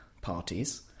parties